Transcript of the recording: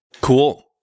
Cool